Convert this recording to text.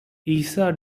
isa